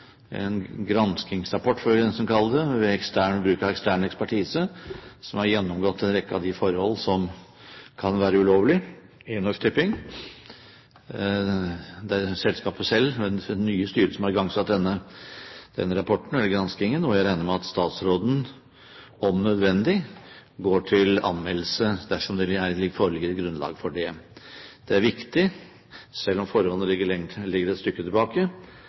en granskingsrapport, får vi nesten kalle det, ved bruk av ekstern ekspertise, som har gjennomgått en rekke av de forhold i Norsk Tipping som kan være ulovlige. Det er selskapet selv, ved det nye styret, som har igangsatt denne rapporten, eller granskingen. Jeg regner med at statsråden om nødvendig går til anmeldelse, dersom det foreligger grunnlag for det. Det er viktig – selv om forholdene ligger et stykke tilbake